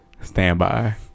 Standby